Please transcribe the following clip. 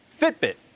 Fitbit